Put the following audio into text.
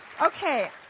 Okay